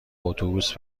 اتوبوس